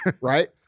right